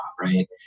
right